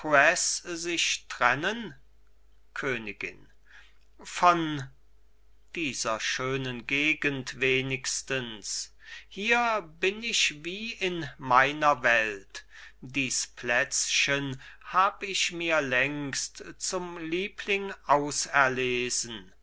sich trennen königin von dieser schönen gegend wenigstens hier bin ich wie in meiner welt dies plätzchen hab ich mir längst zum liebling auserlesen